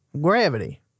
Gravity